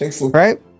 right